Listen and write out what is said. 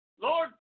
Lord